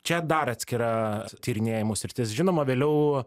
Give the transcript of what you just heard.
čia dar atskira tyrinėjimų sritis žinoma vėliau